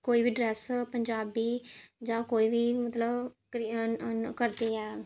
कोई बी ड्रैस पंजांबी जां कोई बी मतलब करदे ऐ